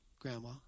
grandma